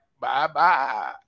bye-bye